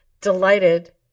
delighted